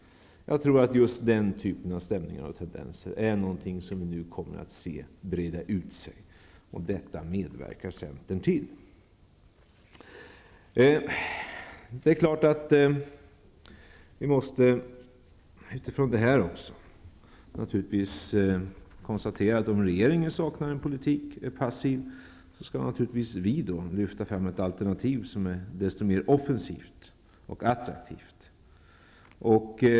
Jag tror att just den typen av stämningar och tendenser är någonting som vi kommer att se breda ut sig. Detta medverkar centern till. Om regeringen saknar politik och är passiv skall naturligtvis vi lyfta fram alternativ som är desto mer offensiva och attraktiva.